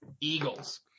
Eagles